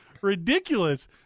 ridiculous